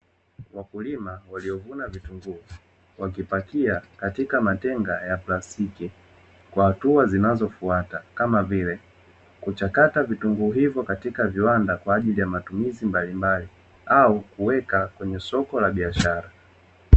Wakulima waliovuna vitunguu wakipakia katika matenga ya plastiki kwa hatua zinazofuata kama vile, kuchakata vitunguu hivo katika viwanda kwa ajili ya matumizi mbalimbali au kuweka kwenye soko la biashara.